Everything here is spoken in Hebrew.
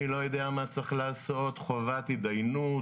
אני לא יודע מה צריך לעשות, חובת התדיינות,